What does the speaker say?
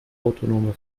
autonome